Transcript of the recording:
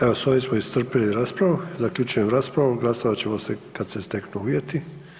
Evo s ovim smo iscrpili raspravu, zaključujem raspravu, glasovat ćemo se kad se steknu uvjeti.